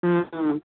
હમ્મ હમ્મ